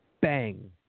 Bang